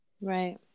Right